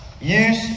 use